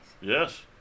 Yes